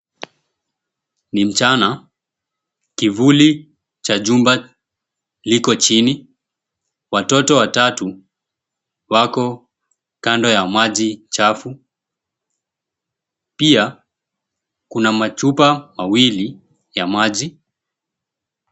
Ni mchana, kivuli cha jumba liko chini. Watoto watatu wako kando ya maji chafu. Pia kuna machupa mawili ya maji.